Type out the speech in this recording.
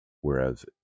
Whereas